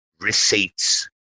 receipts